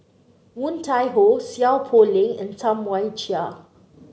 Woon Tai Ho Seow Poh Leng and Tam Wai Jia